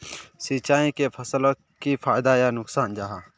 सिंचाई से फसलोक की फायदा या नुकसान जाहा?